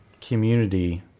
community